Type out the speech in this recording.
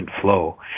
flow